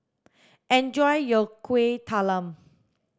enjoy your kueh talam